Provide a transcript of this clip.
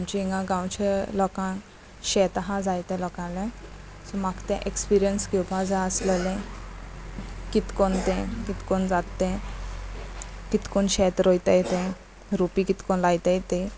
आमची हिंगा गांवच्या लोकांक शेत आहा जाय त्या लोकां सो म्हाका तें एक्सपिरियंस घेवपा जाय आसले कितकोण ते कितको जात ते कितकोण शेत रोयताय तें रुपी कितको लायताय ते